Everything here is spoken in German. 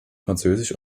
französisch